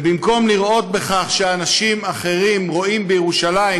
ובמקום לראות בכך שאנשים אחרים רואים בירושלים,